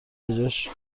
بجاش